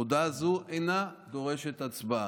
הודעה זו אינה דורשת הצבעה.